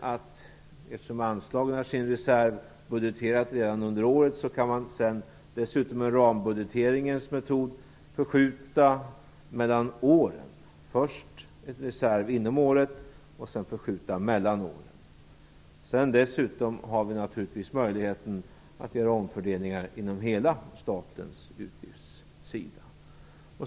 Eftersom anslagen har sin reserv budgeterad redan under året kan man sedan dessutom med rambudgeteringens metod förskjuta mellan åren - först en reserv inom året och sedan en förskjutning mellan åren. Dessutom har vi naturligtvis möjlighet att göra omfördelningar på hela den statliga utgiftssidan.